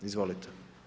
Izvolite.